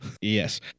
Yes